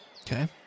Okay